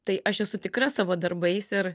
tai aš esu tikra savo darbais ir